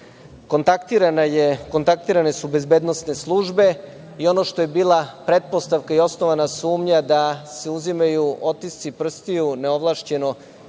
Kontaktirane su bezbednosne službe. Ono što je bila pretpostavka i osnovana sumnja da se uzimaju otisci prstiju neovlašćeno